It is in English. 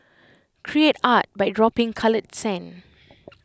create art by dropping coloured sand